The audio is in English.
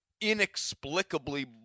inexplicably